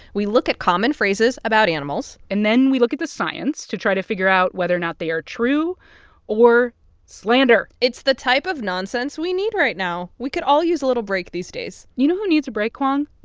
we look at common phrases about animals and then we look at the science to try to figure out whether or not they are true or slander it's the type of nonsense we need right now. we could all use a little break these days you know who needs a break, kwong?